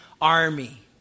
army